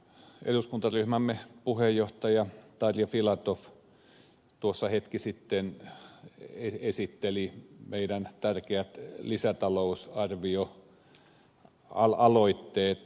eduskuntaryhmämme puheenjohtaja tarja filatov tuossa hetki sitten esitteli meidän tärkeät lisätalousarvioaloitteemme